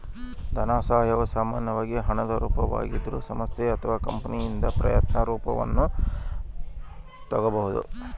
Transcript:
ಧನಸಹಾಯವು ಸಾಮಾನ್ಯವಾಗಿ ಹಣದ ರೂಪದಾಗಿದ್ರೂ ಸಂಸ್ಥೆ ಅಥವಾ ಕಂಪನಿಯಿಂದ ಪ್ರಯತ್ನ ರೂಪವನ್ನು ತಕ್ಕೊಬೋದು